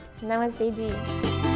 namaste